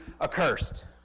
accursed